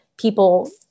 People